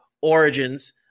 Origins